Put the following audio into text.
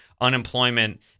unemployment